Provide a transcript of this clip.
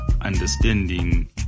understanding